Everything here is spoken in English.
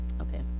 okay